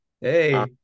Hey